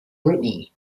brittany